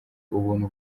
ubuntu